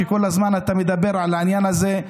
שכל הזמן מדבר על העניין הזה,